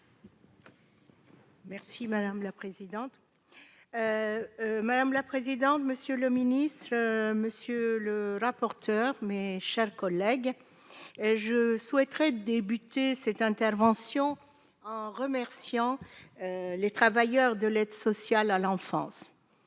Merci madame la présidente, madame la présidente, monsieur le ministre, monsieur le rapporteur, mes chers collègues, je souhaiterais débuter cette intervention en remerciant les travailleurs de l'aide sociale à l'enfance